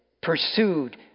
pursued